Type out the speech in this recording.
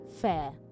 fair